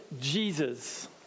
Jesus